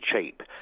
cheap